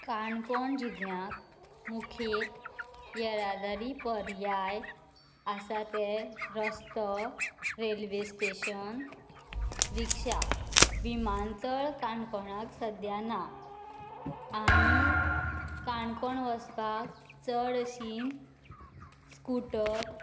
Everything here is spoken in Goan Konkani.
काणकोण जिल्ल्यांत मुखेल येरादारी पर्याय आसात ते रस्तो रेल्वे स्टेशन रिक्षा विमानतळ काणकोणाक सद्द्या ना आमी काणकोण वचपाक चड अशी स्कुटर